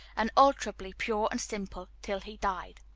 unalterably pure and simple, till he died.